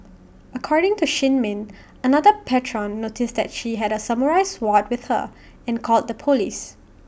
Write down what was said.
according to shin min another patron noticed that she had A samurai sword with her and called the Police